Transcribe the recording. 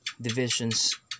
divisions